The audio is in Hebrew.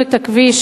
לחוק?